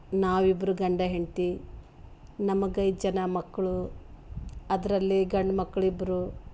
ನಾವಿಬ್ಬರು ಗಂಡ ಹೆಂಡತಿ ನಮಗೆ ಐದು ಜನ ಮಕ್ಕಳು ಅದರಲ್ಲಿ ಗಂಡ್ಮಕ್ಳು ಇಬ್ಬರು